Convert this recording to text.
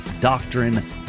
doctrine